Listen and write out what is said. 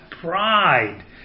pride